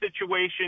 situation